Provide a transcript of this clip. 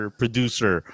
producer